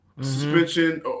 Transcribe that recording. suspension